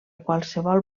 qualsevol